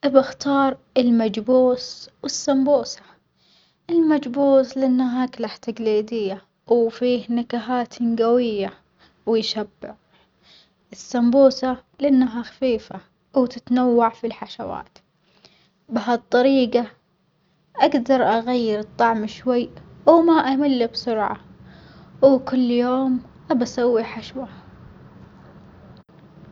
أبي أختار المجبوس والسمبوسة، المجبوس لأنها أكلة تجليدية وفيه نكهاتٍ جوية ويشبع، السمبوسة لأنها خفيفة وتتنوع في الحشوات، بهالطريجة أجدر أغير الطعم شوي وما أمل بسرعة وكل يوم أبي أسوي حشوة.